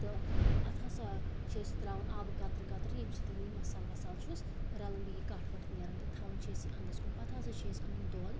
تہٕ اتھ ہَسا چھ أسۍ ترٛاوان آبہٕ قَطرٕ قَطرٕ ییٚمہِ سۭتۍ یہِ مَصالہ وَصالہ چھُس رَلان بیٚیہِ یہِ کٹھ وٹھ نیران تہٕ تھاوان چھِ أسۍ یہِ انٛدس کُن پَتہٕ ہَسا چھِ أسۍ انان دۄدھ